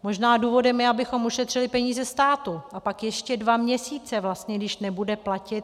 Možná důvodem je, abychom ušetřili peníze státu, a pak ještě dva měsíce vlastně, když nebude platit, atd.